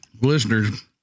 Listeners